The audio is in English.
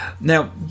Now